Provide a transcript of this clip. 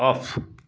of